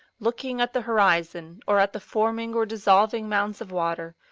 looking at the horizon or at the forming or dissolving mounds of water,